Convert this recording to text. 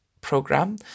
program